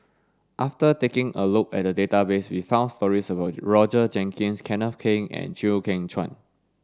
after taking a look at the database we found stories about Roger Jenkins Kenneth Keng and Chew Kheng Chuan